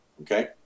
Okay